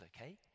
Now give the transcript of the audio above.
okay